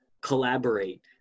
collaborate